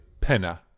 penna